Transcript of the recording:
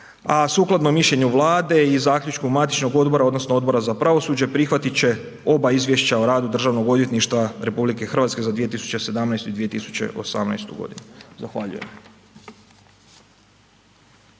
a sukladno mišljenju Vlade i zaključku matičnog odbora odnosno Odbora za pravosuđe, prihvatit će oba izvješća o radu Državnog odvjetništva RH za 2017. i 2018. godinu. Zahvaljujem.